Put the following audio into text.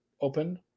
open